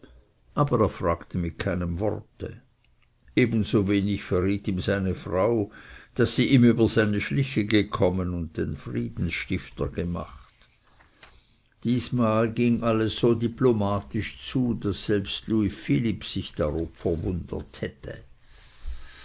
aber er fragte mit keinem worte ebenso wenig verriet ihm seine frau daß sie ihm über seine schliche gekommen und den friedensstifter gemacht diesmal ging alles so diplomatisch zu daß selbst louis philipp sich darob verwundert hätte